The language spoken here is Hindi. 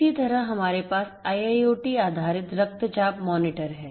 इसी तरह हमारे पास IIoT आधारित रक्तचाप मॉनिटर हैं